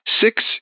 six